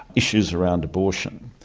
issues around abortion,